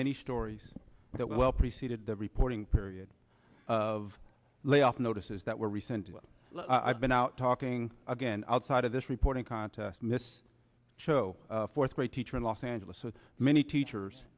many stories that well preceded the reporting period of layoff notices that were recently i've been out talking again outside of this reporting contest miss show fourth grade teacher in los angeles so many teachers